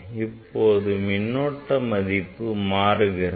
இப்போது மின்னோட்டம் மதிப்பு மாறுகிறது